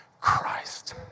Christ